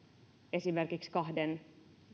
esimerkiksi kahden